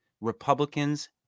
Republicans